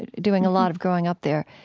doing a lot of growing up there,